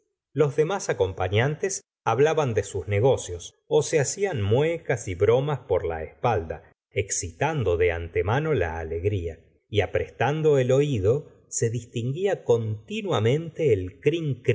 los demás acompañantes hablaban de sus negocios se hacían muecas y bromas por la espalda excitando de antemano la alegría aprestando el oído se distinguía continuamente el crin